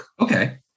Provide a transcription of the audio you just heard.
Okay